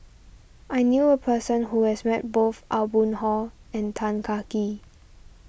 I knew a person who has met both Aw Boon Haw and Tan Kah Kee